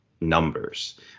numbers